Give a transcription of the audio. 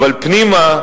אבל פנימה,